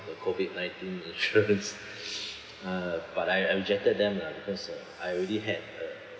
the COVID nineteen insurance uh but I I rejected them lah because uh I already had uh